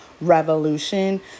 revolution